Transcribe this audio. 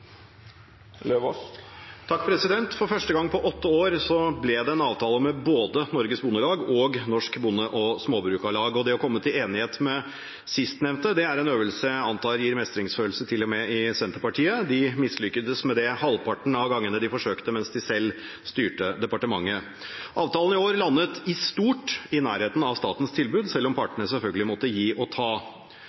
vert replikkordskifte. For første gang på åtte år ble det en avtale med både Norges Bondelag og Norsk Bonde- og Småbrukarlag. Det å komme til enighet med sistnevnte er en øvelse jeg antar gir mestringsfølelse til og med i Senterpartiet. De mislyktes med det halvparten av gangene de forsøkte mens de selv styrte departementet. Avtalen i år landet i stort i nærheten av statens tilbud, selv om partene selvfølgelig måtte gi og ta.